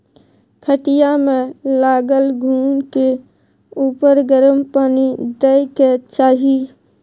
खटिया मे लागल घून के उपर गरम पानि दय के चाही